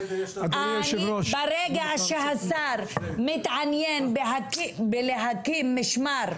ברגע שהשר מתעניין בלהקים משמר,